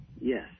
Yes